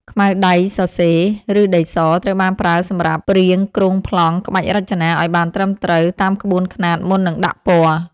ខ្មៅដៃសរសេរ ឬដីស ត្រូវបានប្រើសម្រាប់ព្រាងគ្រោងប្លង់ក្បាច់រចនាឱ្យបានត្រឹមត្រូវតាមក្បួនខ្នាតមុននឹងដាក់ពណ៌។